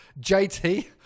JT